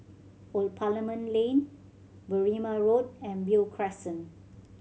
Old Parliament Lane Berrima Road and Beo Crescent